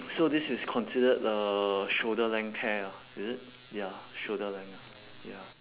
so this is considered uh shoulder length hair ah is it ya shoulder length ah ya